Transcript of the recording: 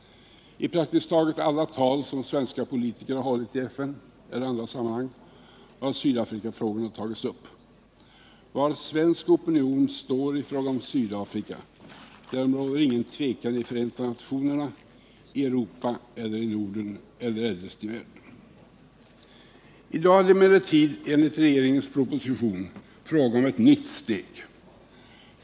I praktiskt taget alla tal som svenska politiker hållit i FN eller i andra sammanhang har Sydafrikafrågorna tagits upp. Var svensk opinion står i fråga om Sydafrika — därom råder ingen tvekan i FN, i Europa, i Norden eller eljest i världen. I dag är det emellertid enligt regeringens proposition fråga om ett nytt steg.